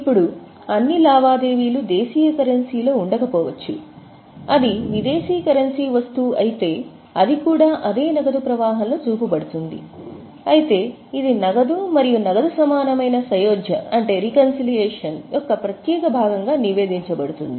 ఇప్పుడు అన్ని లావాదేవీలు దేశీయ కరెన్సీలో ఉండకపోవచ్చు అది విదేశీ కరెన్సీ వస్తువు అయితే అది కూడా అదే నగదు ప్రవాహంలో చూపబడుతుంది అయితే ఇది నగదు మరియు నగదు సమానమైన సయోధ్య యొక్క ప్రత్యేక భాగంగా నివేదించబడింది